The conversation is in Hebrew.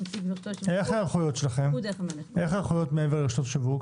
--- איך ההיערכויות שלכם מעבר לרשתות השיווק?